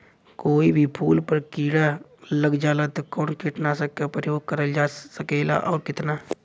कोई भी फूल पर कीड़ा लग जाला त कवन कीटनाशक क प्रयोग करल जा सकेला और कितना?